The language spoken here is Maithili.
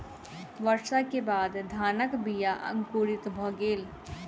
वर्षा के बाद धानक बीया अंकुरित भअ गेल